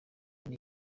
muri